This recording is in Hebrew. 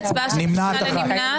הצבעה לא אושרו.